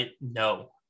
no